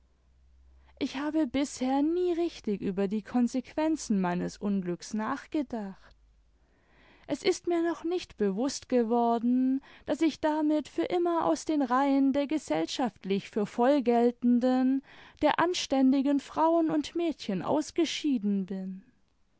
ich habe bisher nie richtig über die konsequenzen meines unglücks nachgedacht s ist mir noch nicht bewußt geworden daß ich damit für immer aus den reihen der gesellschaftlich für voll geltenden der anständigen frauen imd mädchen ausgeschieden bin